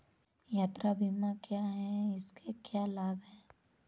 यात्रा बीमा क्या है इसके क्या लाभ हैं?